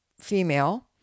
female